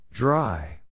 Dry